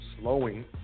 slowing